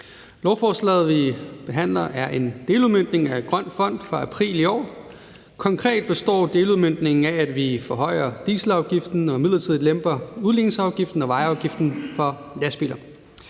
Lovforslaget, vi behandler, er en deludmøntning af »Grøn Fond« fra april i år. Konkret består deludmøntningen af, at vi forhøjer dieselafgiften og midlertidigt lemper udligningsafgiften og vejafgiften for lastbiler.